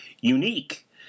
unique